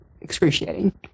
excruciating